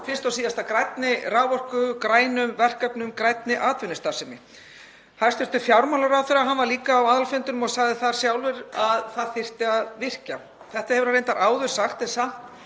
fyrst og síðast að grænni raforku, grænum verkefnum, grænni atvinnustarfsemi. Hæstv. fjármálaráðherra var líka á aðalfundinum og sagði sjálfur að það þyrfti að virkja. Þetta hefur hann reyndar áður sagt en samt